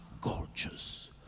gorgeous